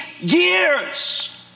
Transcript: years